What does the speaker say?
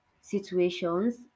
situations